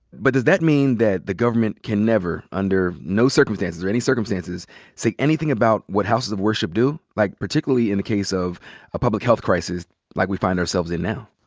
but does that mean that the government can never under no circumstances or any circumstances say anything about what houses of worship do? like, particularly in the case of a public health crisis like we find ourselves in now.